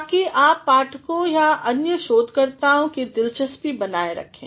ताकि आप पाठकों या अन्य शोधकर्ताओं की दिलचस्पी बनाए रखें